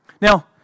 Now